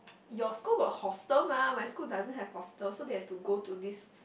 your school got hostel mah my school doesn't have hostel so they have to go to this